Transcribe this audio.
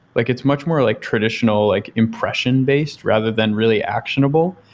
like it's much more like traditional like impression-based rather than really actionable,